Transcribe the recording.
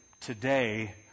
Today